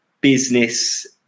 business